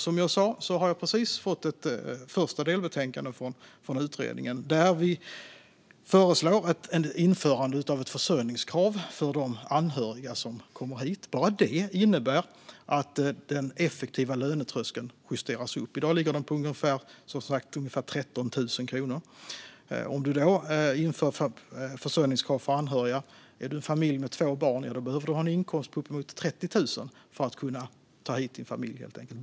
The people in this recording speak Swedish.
Som jag sa har jag precis fått ett första delbetänkande från utredningen, där vi föreslår införande av ett försörjningskrav för de anhöriga som kommer hit. Bara detta innebär att den effektiva lönetröskeln justeras upp. I dag ligger den på ungefär 13 000 kronor. Om försörjningskrav införs för anhöriga behövs en inkomst på uppemot 30 000 för att kunna ta hit en familj med två barn.